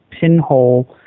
pinhole